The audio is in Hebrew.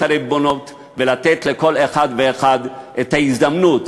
הריבונות ולתת לכל אחד ואחד את ההזדמנות,